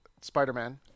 Spider-Man